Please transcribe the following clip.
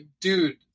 dude